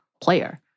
player